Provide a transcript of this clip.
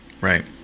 right